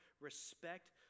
Respect